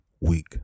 week